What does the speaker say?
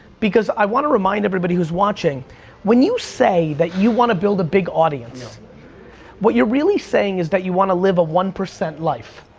because i want to remind everybody who's watching when you say you wanna build a big audience what you're really saying is that you wanna live a one percent life.